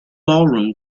ballroom